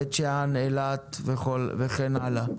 בבית שאן, באילת וכן הלאה.